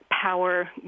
power